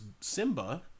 Simba